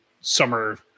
summer